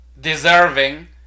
deserving